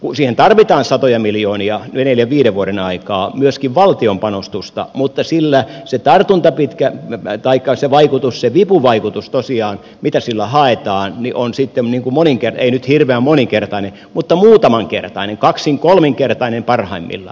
siihen tarvitaan satoja miljoonia jo neljän viiden vuoden aikaan myöskin valtion panostusta mutta sillä se tartunta pitkä aika se vaikutus se vipuvaikutus tosiaan mitä sillä haetaan on sitten moninkertainen ei nyt hirveän moninkertainen mutta muutamankertainen kaksin tai kolminkertainen parhaimmillaan